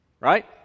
Right